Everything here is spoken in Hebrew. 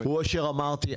יובל, הוא אשר אמרתי.